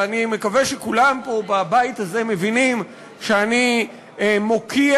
ואני מקווה שכולם פה בבית הזה מבינים שאני מוקיע,